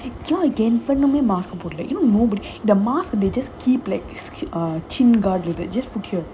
ya they you know nobody the mask they just keep like ch~ chin guard they just put here